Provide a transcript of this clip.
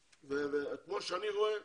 כמו שאני רואה,